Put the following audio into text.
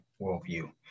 worldview